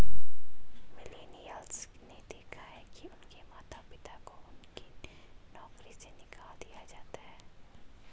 millennials ने देखा है कि उनके माता पिता को उनकी नौकरी से निकाल दिया जाता है